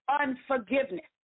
unforgiveness